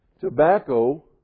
Tobacco